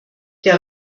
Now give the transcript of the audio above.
der